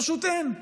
פשוט אין.